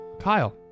Kyle